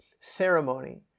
ceremony